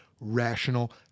rational